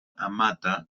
amata